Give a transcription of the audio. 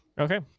Okay